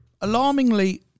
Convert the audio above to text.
alarmingly